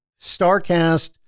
StarCast